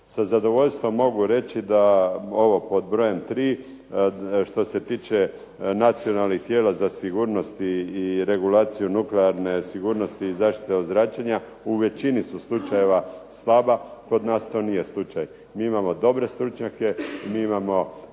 Sa zadovoljstvom mogu reći da ovo pod brojem tri, što se tiče nacionalnih tijela za sigurnost i regulaciju nuklearne sigurnosti i zaštite od zračenja u većini su slučajeva slaba. Kod nas to nije slučaj. MI imamo dobre stručnjake, mi imamo